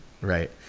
right